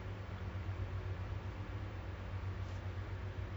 I do mostly the front end